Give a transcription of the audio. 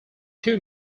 two